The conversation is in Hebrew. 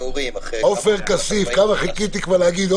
עופר כסיף כמה חיכית כבר להגיד,